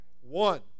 One